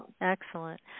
Excellent